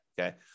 Okay